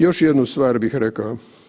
Još jednu stvar bih rekao.